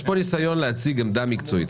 ניסיון להציג עמדה מקצועית.